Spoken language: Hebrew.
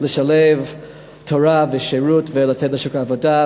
לשלב תורה ושירות ולצאת לשוק העבודה.